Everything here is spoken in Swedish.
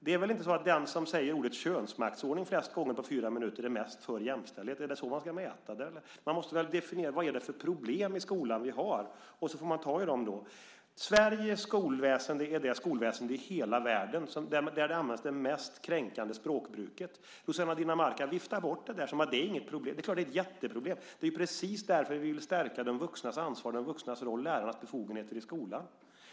Det är väl inte så att den som säger ordet "könsmaktsordning" flest gånger på fyra minuter är mest för jämställdhet? Är det så man ska mäta det? Man måste väl definiera vilka problem vi har i skolan, och sedan får man ta tag i dem. Sveriges skolväsende är det skolväsende i hela världen där språkbruket är mest kränkande. Rossana Dinamarca viftar bort det som om det inte är något problem. Det är klart att det är ett jätteproblem. Det är precis därför som vi vill stärka de vuxnas ansvar, de vuxnas roll och lärarnas befogenheter i skolan.